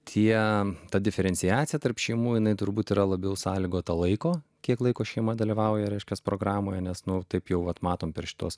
tie kam ta diferenciacija tarp šeimų jinai turbūt yra labiau sąlygota laiko kiek laiko šeima dalyvauja reiškias programoje nes nu taip jau vat matom per šituos